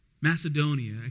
Macedonia